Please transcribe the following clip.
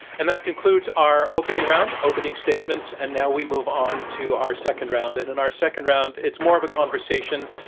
and that concludes our opening round, opening statements. and now we move on to our second round. and in our second round, it's more of a conversation.